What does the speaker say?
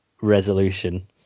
resolution